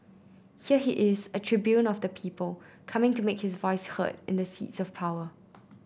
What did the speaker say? here he is a tribune of the people coming to make his voice heard in the seats of power